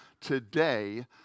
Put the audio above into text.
today